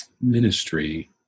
ministry